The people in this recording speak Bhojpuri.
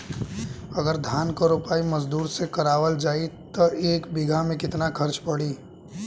अगर धान क रोपाई मजदूर से करावल जाई त एक बिघा में कितना खर्च पड़ी?